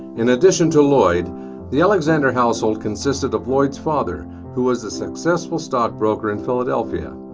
in addition to lloyd the alexander household consisted of lloyd's father who was a successful stockbroker in philadelphia,